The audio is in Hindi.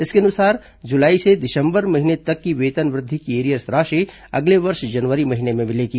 इसके अनुसार जुलाई से दिसंबर महीने तक की वेतन वृद्धि की एरियर्स राशि अगले वर्ष जनवरी महीने में मिलेगी